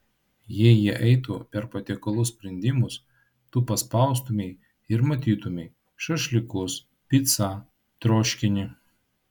jei jie eitų per patiekalų sprendimus tu paspaustumei ir matytumei šašlykus picą troškinį